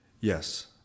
Yes